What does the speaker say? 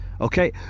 Okay